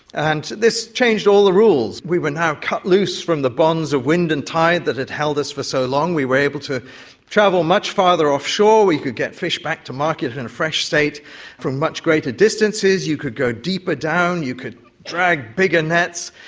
and this changed all the rules. we were now cut loose from the bonds of wind and tide that had held us for so long. we were able to travel much farther offshore, we could get fish back to market in a and fresh state from much greater distances. you could go deeper down, you could drag bigger nets,